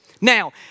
Now